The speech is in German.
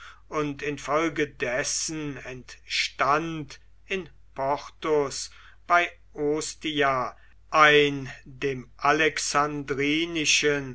und infolgedessen entstand in portus bei ostia ein dem